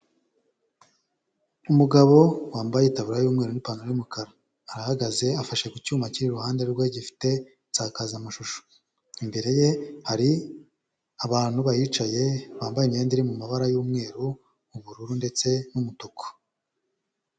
Umugabo wambaye itabubura y'mweru nipantaro y'umukara, arahagaze afashe ku cyuma kiri iruhande rwe gifite nsakazamashusho imbere ye hari abantu bayicaye bambaye imyenda iri mu mabara y'umweru ubururu ndetse n'umutuku.